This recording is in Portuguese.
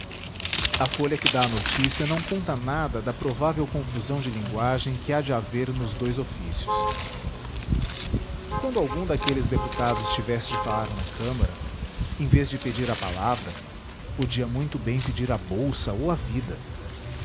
a folha que dá a notícia não conta nada da provável confusão de linguagem que há de haver nos dous ofícios quando algum daqueles deputados tivesse de falar na câmara em vez de pedir a palavra podia muito bem pedir a bolsa ou a vida